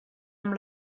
amb